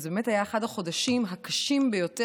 וזה באמת היה אחד החודשים הקשים ביותר.